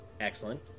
Excellent